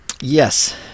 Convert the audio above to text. Yes